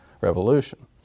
Revolution